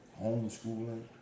homeschooling